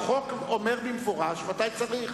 החוק אומר במפורש מתי צריך,